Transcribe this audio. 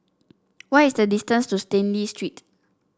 what is the distance to Stanley Street